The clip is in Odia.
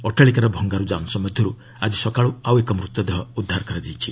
ଅଟ୍ଟାଳିକାର ଭଙ୍ଗାରୁଜା ଅଂଶ ମଧ୍ୟରୁ ଆଜି ସକାଳୁ ଆଉ ଏକ ମୃତଦେହ ଉଦ୍ଧାର କରାଯାଇଛି